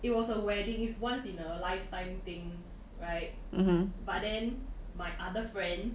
it was a wedding is once in a lifetime thing right but then my other friend